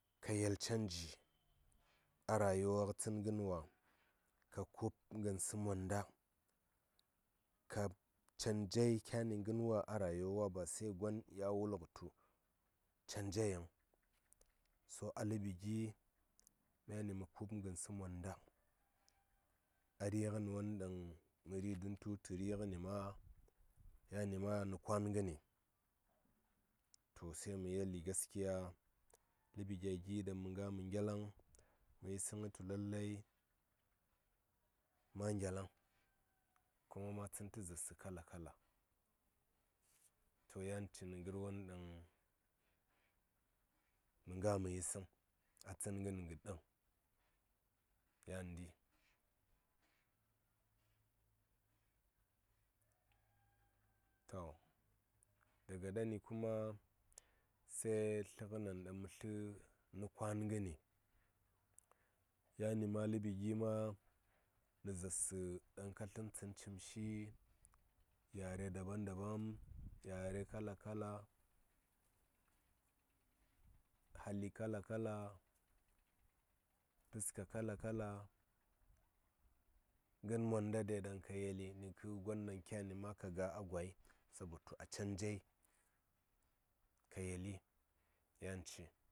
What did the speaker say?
Ka yel canji a rayuwa tsən ngən wa ka kuubngənsə monda ka canjai kyani ngərwa a rayuwa wa ba sai gon ya wul ngə tu canja yiŋ so a ləɓi gi myani mə kuub ngənsə monda a ri ngən won ɗan mən ri ngən tu wutu ma yani ma nə kwan ngəni to se mə yeli gaskiya gya gi ɗaŋ mə nga mə ngyalaŋ ma ngyalaŋ kuma ma tsən tə zaarsə kala kala to yan cini ngər won ɗaŋ mə nga mə yisəŋ a tsən ngən kə ɗəŋ yandi to daga ɗani kuma sai tlə ngə nen ɗaŋ mə tlə nə kwan ngəni yani ma a ləɓi gi ma nə zaarsə ɗaŋ sən tsən cim shi yare dabam dabam yare kala kala hali kala kala puska kala kala ngən monda de ɗaŋ ka yeli nə kə gon ɗaŋ kyani ma ka ga a gwai sabotu a canjai kayeli yanci.